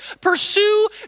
Pursue